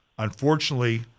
Unfortunately